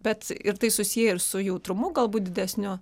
bet ir tai susiję ir su jautrumu galbūt didesniu